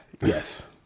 Yes